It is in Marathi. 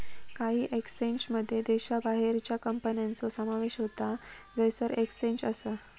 काही एक्सचेंजमध्ये देशाबाहेरच्या कंपन्यांचो समावेश होता जयसर एक्सचेंज असा